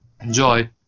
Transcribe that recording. enjoy